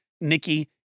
Nikki